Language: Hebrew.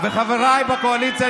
וחבריי בקואליציה,